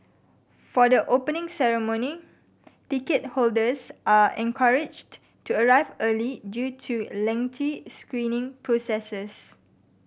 for the Opening Ceremony ticket holders are encouraged to arrive early due to lengthy screening processes